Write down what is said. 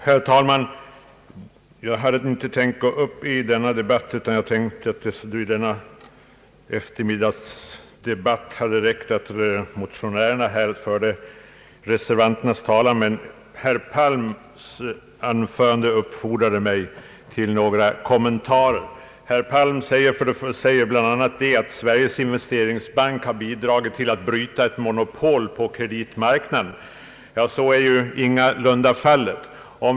Herr talman! Jag hade inte ämnat gå upp i denna debatt enär jag ansåg det vara tillräckligt att representanter för motionärerna förde reservanternas talan. Herr Palms anförande uppfordrade mig dock till några kommentarer. Herr Palm sade bl.a. att Sveriges investeringsbank har bidragit till att bryta ett monopol på kreditmarknaden. Så är ingalunda fallet.